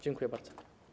Dziękuję bardzo.